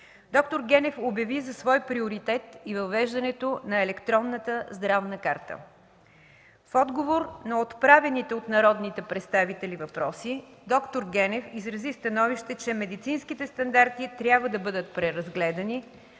Доктор Генев обяви за свой приоритет и въвеждането на електронна здравна карта. В отговор на отправените от народните представители въпроси д-р Генев изрази становище, че медицинските стандарти трябва да бъдат преразгледани,